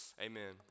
Amen